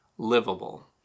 livable